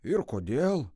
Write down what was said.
ir kodėl